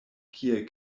kiel